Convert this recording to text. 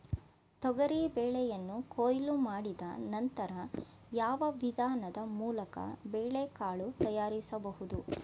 ತೊಗರಿ ಬೇಳೆಯನ್ನು ಕೊಯ್ಲು ಮಾಡಿದ ನಂತರ ಯಾವ ವಿಧಾನದ ಮೂಲಕ ಬೇಳೆಕಾಳು ತಯಾರಿಸಬಹುದು?